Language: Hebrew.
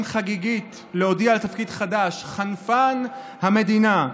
חגיגית להודיע על תפקיד חדש: חנפן המדינה.